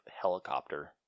helicopter